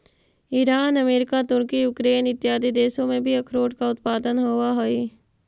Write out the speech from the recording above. Iran America Turkey Ukraine इत्यादि देशों में भी अखरोट का उत्पादन होवअ हई